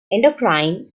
endocrine